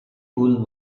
pool